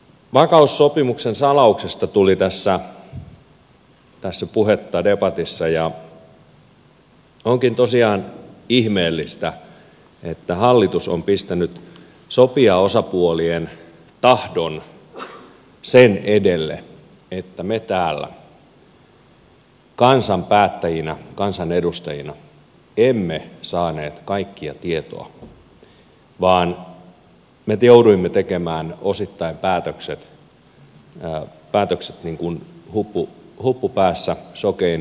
vakaussopimuksen salauksesta tuli debatissa puhetta ja onkin tosiaan ihmeellistä että hallitus on pistänyt sopijaosapuolien tahdon sen edelle että me täällä kansan päättäjinä kansanedustajina emme saaneet kaikkea tietoa vaan me jouduimme tekemään päätökset osittain niin kuin huppu päässä sokein tiedoin